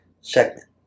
segment